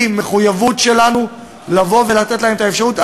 זו מחויבות שלנו לתת להם את האפשרות,